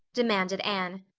demanded anne.